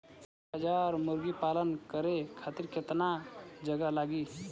एक हज़ार मुर्गी पालन करे खातिर केतना जगह लागी?